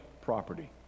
property